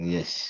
Yes